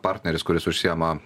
partneris kuris užsiema